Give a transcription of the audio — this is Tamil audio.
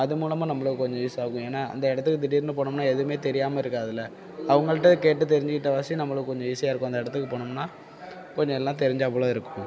அது மூலமாக நம்பளுக்கு கொஞ்சம் யூஸ் ஆகும் ஏன்னால் அந்த இடத்துக்கு திடீர்னு போனோமுன்னால் எதுவுமே தெரியாமல் இருக்காதில்ல அவங்கள்ட்ட கேட்டு தெரிஞ்சுக்கிட்டவாசி நம்மளுக்கு கொஞ்சம் ஈஸியாக இருக்கும் அந்த இடத்துக்கு போனோமுன்னால் கொஞ்சம் எல்லா தெரிஞ்சாப்போல் இருக்கும்